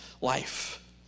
life